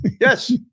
Yes